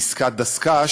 עם עסקת דסק"ש,